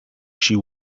she